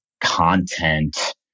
content